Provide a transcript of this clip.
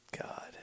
God